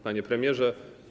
Panie Premierze!